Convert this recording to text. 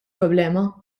problema